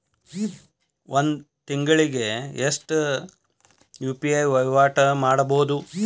ಒಂದ್ ತಿಂಗಳಿಗೆ ಎಷ್ಟ ಯು.ಪಿ.ಐ ವಹಿವಾಟ ಮಾಡಬೋದು?